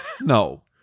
No